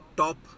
top